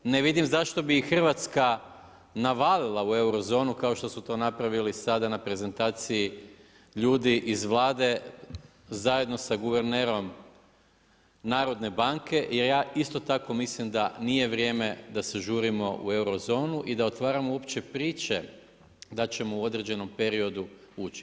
Ne vidim zašto bi Hrvatska navalila u euro zonu, kao što su to napravili, sada na prezentaciji, ljudi iz Vlade zajedno s guvernerom Narodne banke, jer ja isto tako mislim da nije vrijeme da se žurimo u euro zonu i da otvaramo uopće priče, da ćemo u određenom periodu ući.